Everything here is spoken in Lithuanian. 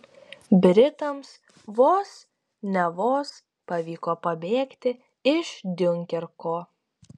britams vos ne vos pavyko pabėgti iš diunkerko